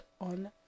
on